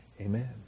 Amen